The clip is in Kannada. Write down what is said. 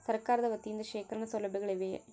ಸರಕಾರದ ವತಿಯಿಂದ ಶೇಖರಣ ಸೌಲಭ್ಯಗಳಿವೆಯೇ?